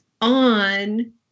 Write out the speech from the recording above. on